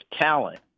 talent